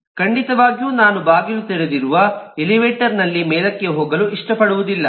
ಖಂಡಿತವಾಗಿಯೂ ನಾನು ಬಾಗಿಲು ತೆರೆದಿರುವ ಎಲಿವೇಟರ್ ನಲ್ಲಿ ಮೇಲಕ್ಕೆ ಹೋಗಲು ಇಷ್ಟಪಡುವುದಿಲ್ಲ